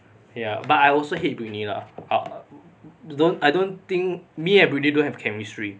ya but I also hate britney lah uh don't I don't think me and britney don't have chemistry